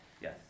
Yes